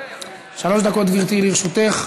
שלוש דקות, גברתי, לרשותך.